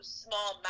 small